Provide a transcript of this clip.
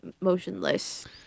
motionless